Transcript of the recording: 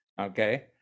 Okay